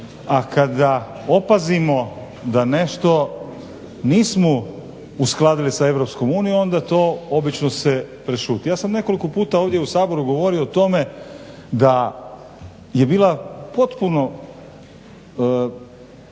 a kada opazimo da nešto nismo uskladili sa EU onda to obično se prešuti. Ja sam nekoliko puta ovdje u Saboru govorio o tome da je bila potpuno